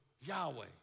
Yahweh